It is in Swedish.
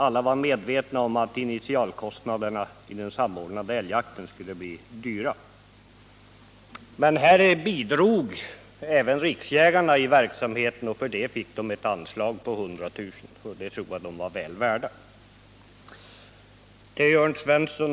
Alla var medvetna om att initialkostnaderna för den samordnade älgjakten skulle bli stora. Men här bidrog även Jägarnas riksförbund i verksamheten, och för det fick förbundet ett anslag på 100 000 kr., vilket jag tror att man var väl värd.